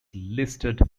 listed